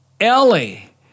Ellie